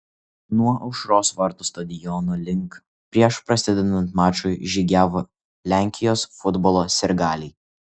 nuo aušros vartų stadiono link prieš prasidedant mačui žygiavo lenkijos futbolo sirgaliai